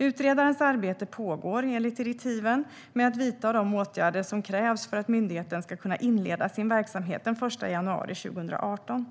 Utredarens arbete pågår enligt direktiven med att vidta de åtgärder som krävs för att myndigheten ska kunna inleda sin verksamhet den 1 januari 2018.